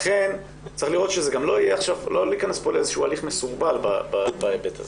צריך לא להיכנס פה להליך מסורבל בהיבט הזה.